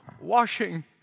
washing